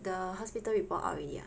the hospital report out already ah